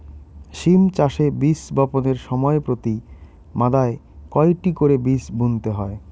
সিম চাষে বীজ বপনের সময় প্রতি মাদায় কয়টি করে বীজ বুনতে হয়?